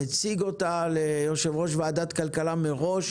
מציג אותה ליושב-ראש ועדת הכלכלה מראש,